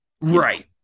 Right